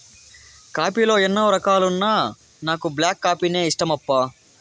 coffee లో ఎన్నో రకాలున్నా నాకు బ్లాక్ కాఫీనే ఇష్టమప్పా